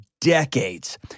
decades